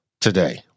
today